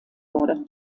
wurde